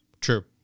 True